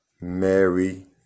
Mary